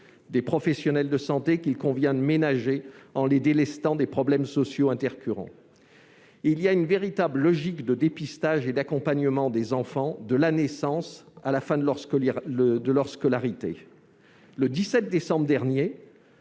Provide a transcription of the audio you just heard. professionnels qu'il convient de ménager en les délestant des problèmes sociaux intercurrents ? Il existe une véritable logique de dépistage et d'accompagnement des enfants de la naissance à la fin de leur scolarité. Le 17 décembre dernier,